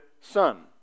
son